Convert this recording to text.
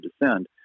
descend